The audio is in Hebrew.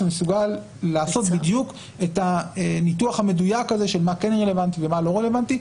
שמסוגל לעשות בדיוק את הניתוח המדויק של מה כן רלוונטי ומה לא רלוונטי,